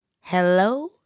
hello